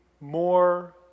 more